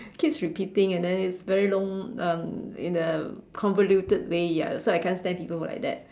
keeps repeating and then it's very long um in a convoluted way ya so I can't stand people who are like that